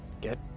Get